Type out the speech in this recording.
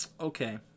okay